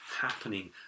happening